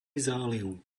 záliv